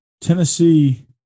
Tennessee